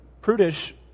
prudish